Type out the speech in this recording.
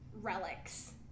relics